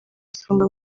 isonga